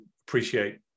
appreciate